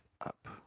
up